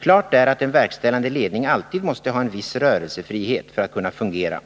Klart är att en verkställande ledning alltid måste ha en viss rörelsefrihet för att kunna fungera: